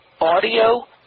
audio